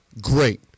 Great